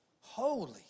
holy